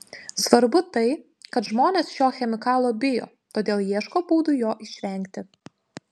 svarbu tai kad žmonės šio chemikalo bijo todėl ieško būdų jo išvengti